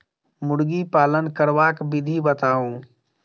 मुर्गी पालन करबाक विधि बताऊ?